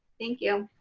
thank you.